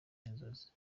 inzozi